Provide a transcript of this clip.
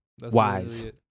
Wise